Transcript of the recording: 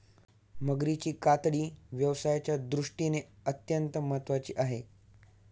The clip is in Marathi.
मगरीची कातडी व्यवसायाच्या दृष्टीने अत्यंत महत्त्वाची आहे